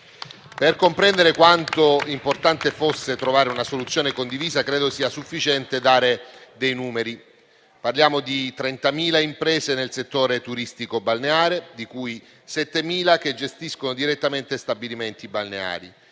Per comprendere quanto fosse importante trovare una soluzione condivisa credo sia sufficiente dare dei numeri. Parliamo di 30.000 imprese nel settore turistico balneare, di cui 7.000 che gestiscono direttamente stabilimenti balneari